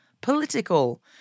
political